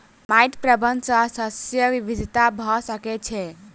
माइट प्रबंधन सॅ शस्य विविधता भ सकै छै